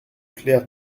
clair